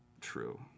true